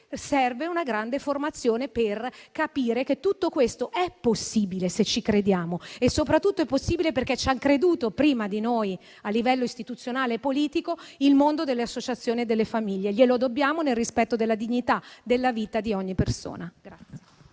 serve una grande formazione per capire che tutto questo è possibile se ci crediamo e soprattutto è possibile perché ci ha creduto prima di noi, a livello istituzionale e politico, il mondo delle associazioni e delle famiglie. Glielo dobbiamo, nel rispetto della dignità e della vita di ogni persona.